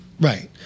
right